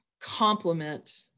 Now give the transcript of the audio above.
complement